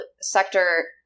sector